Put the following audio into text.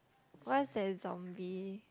what's that zombie